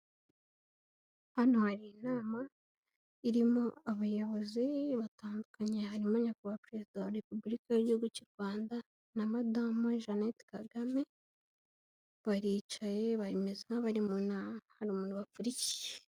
Hano hari inama irimo abayobozi batandukanye, harimo Nyakubahwa Perezida wa Repubulika y'igihugu cy'u Rwanda na madame Jeannette Kagame, baricaye bameza nk'abari mu nama, hari umuntu bakurikiye.